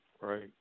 Right